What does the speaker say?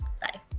Bye